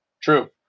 True